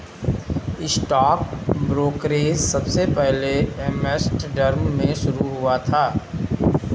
stock brokerage सबसे पहले Amsterdam में शुरू हुआ था